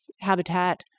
habitat